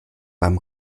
beim